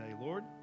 Lord